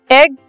egg